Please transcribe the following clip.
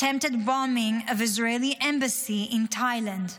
Attempted bombing of Israeli Embassy in Thailand,